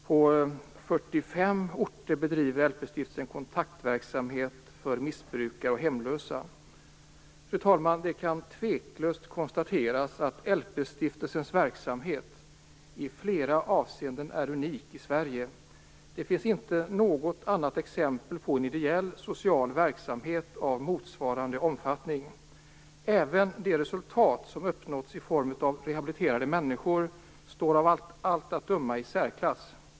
På 45 orter bedriver stiftelsen kontaktverksamhet för missbrukare och hemlösa. Fru talman! Det kan tveklöst konstateras att LP stiftelsens verksamhet i Sverige i flera avseenden är unik. Det finns inte något annat exempel på en ideell social verksamhet av motsvarande omfattning. Även de resultat som uppnåtts i form av rehabiliterade människor står av allt att döma i särklass.